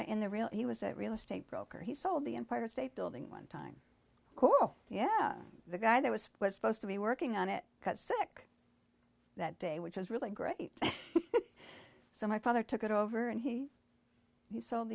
real he was a real estate broker he sold the empire state building one time yeah the guy that was supposed to be working on it got sick that day which is really great so my father took it over and he he s